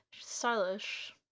Stylish